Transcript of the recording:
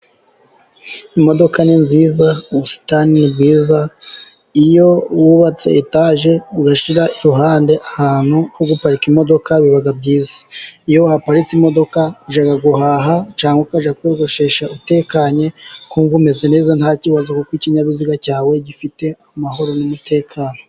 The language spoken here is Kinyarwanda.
Imodoka ni nziza, ubusitani bwiza, iyo wubatse etaje, ugashira iruhande ahantu ho guparika imodoka biba byiza. Iyo uhaparitse imodoka ujya guhaha cyangwa ukajya kwiyogoshesha utekanye, ukumva umeze neza nta kibazo kuko ikinyabiziga cyawe gifite amahoro n'umutekano.